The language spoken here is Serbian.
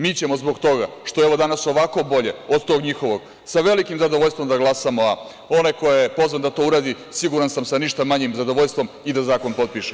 Mi ćemo zbog toga, što je ovo danas ovako bolje od tog njihovog, sa velikim zadovoljstvom da glasamo, a onaj ko je pozvan da to uradi siguran sam sa ništa manjim zadovoljstvom i da zakon potpiše.